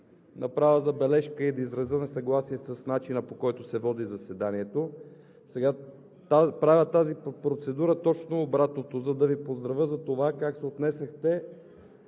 направя забележка или да изразя несъгласие с начина, по който се води заседанието. Сега правя тази процедура точно обратното, за да Ви поздравя за това как се отнесохте